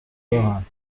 راهن